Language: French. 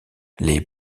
les